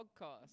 podcast